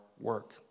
work